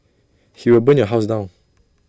he will burn your house down